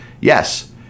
Yes